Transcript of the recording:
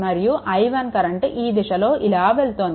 మరియు i1 current ఈ దిశలో ఇలా వెళ్తోంది